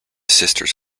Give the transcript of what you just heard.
sisters